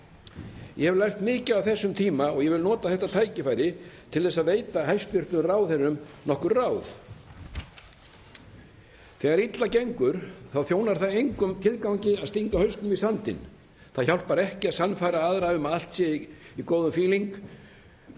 Ég hef lært mikið á þessum tíma og ég vil nota þetta tækifæri til þess að veita hæstv. ráðherrum nokkur ráð. Þegar illa gengur þjónar engum tilgangi að stinga hausnum í sandinn. Það hjálpar ekki að sannfæra aðra um að allt sé í góðum fíling